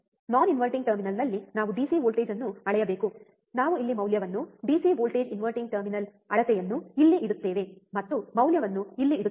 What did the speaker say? ನಾನ್ inverting ಟರ್ಮಿನಲ್ನಲ್ಲಿ ನಾವು DC voltage ಅನ್ನು ಅಳೆಯಬೇಕು ನಾವು ಇಲ್ಲಿ ಮೌಲ್ಯವನ್ನು ಡಿಸಿ ವೋಲ್ಟೇಜ್ ಇನ್ವರ್ಟಿಂಗ್ ಟರ್ಮಿನಲ್ ಅಳತೆಯನ್ನು ಇಲ್ಲಿ ಇಡುತ್ತೇವೆ ಮತ್ತು ಮೌಲ್ಯವನ್ನು ಇಲ್ಲಿ ಇಡುತ್ತೇವೆ